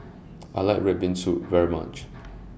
I like Red Bean Soup very much